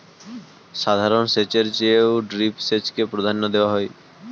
সাধারণ সেচের চেয়ে ড্রিপ সেচকে প্রাধান্য দেওয়া হয়